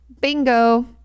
bingo